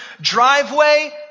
driveway